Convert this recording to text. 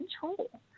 control